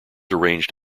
arranged